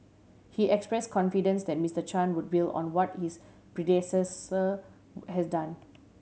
he express confidence that Mister Chan would build on what his predecessor has done